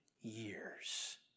years